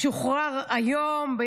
הוא שוחרר היום,